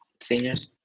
seniors